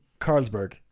Carlsberg